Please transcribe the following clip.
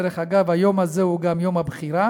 דרך אגב, היום הזה הוא גם יום בחירה.